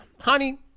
honey